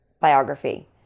biography